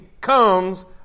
comes